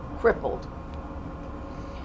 crippled